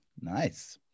nice